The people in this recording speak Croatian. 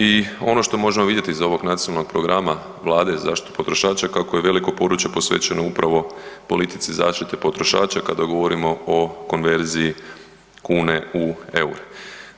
I ono što možemo vidjeti iz ovog nacionalnog programa vlade za zaštitu potrošača kako je veliko područje posvećeno upravo politici zaštite potrošača kada govorimo o konverziji kune u EUR-e.